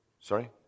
sorry